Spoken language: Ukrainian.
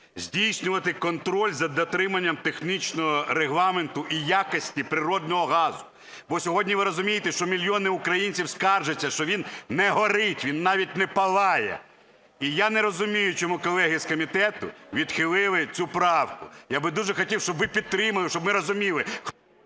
здійснювати контроль за дотриманням технічного регламенту і якості природного газу. Бо сьогодні, ви розумієте, що мільйони українців скаржаться, що він не горить, він навіть не палає. І я не розумію, чому колеги з комітету відхилили цю правку. Я би дуже хотів, щоб ви підтримали, щоб ми розуміли...